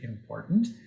important